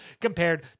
compared